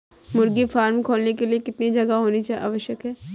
मुर्गी फार्म खोलने के लिए कितनी जगह होनी आवश्यक है?